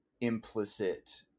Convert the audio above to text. implicit